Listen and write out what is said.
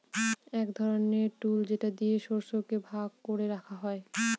এক ধরনের টুল যেটা দিয়ে শস্যকে ভাগ করে রাখা হয়